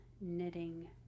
knitting